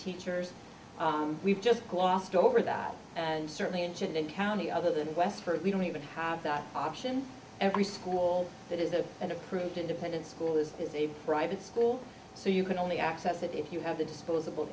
teachers we've just glossed over that and certainly engine and county other than quest for it we don't even have that option every school that is there and approved independent school this is a private school so you can only access it if you have the disposable